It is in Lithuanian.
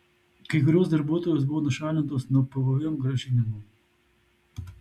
kai kurios darbuotojos buvo nušalintos nuo pvm grąžinimų